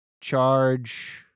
charge